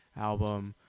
album